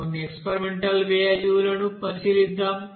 కొన్ని experimental value లను పరిశీలిద్దాం